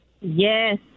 Yes